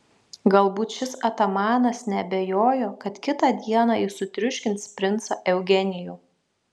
galbūt šis atamanas neabejojo kad kitą dieną jis sutriuškins princą eugenijų